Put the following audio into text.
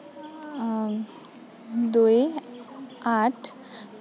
দুই আঠ